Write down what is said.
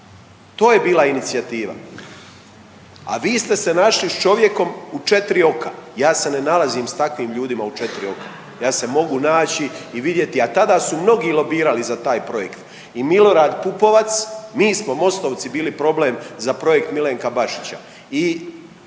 to je bila inicijativa. A vi ste se našli s čovjekom u četiri oka. Ja se ne nalazim s takvim ljudima u četiri oka. Ja se mogu naći i vidjeti, a tada su mnogi lobirali za taj projekt i Milorad Pupovac mi smo Mostovci bili problem za projekt Milenka Bašića